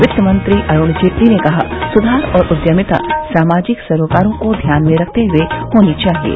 वित्त मंत्री अरुण जेटली ने कहा सुधार और उद्यमिता सामाजिक सरोकारों को ध्यान में रखते हुए होने चाहिएं